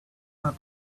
not